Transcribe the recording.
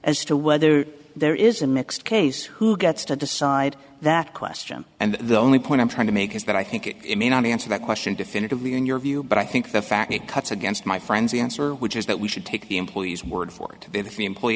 as to whether there is a mixed case who gets to decide that question and the only point i'm trying to make is that i think it may not answer that question definitively in your view but i think the fact it cuts against my friends the answer which is that we should take the employees word for it if the employee